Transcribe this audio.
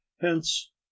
hence